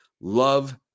love